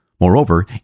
Moreover